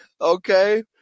Okay